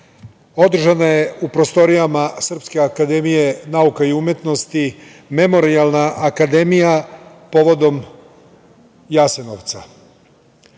održana je u prostorijama Srpske akademija nauka i umetnosti memorijalna akademija povodom Jasenovca.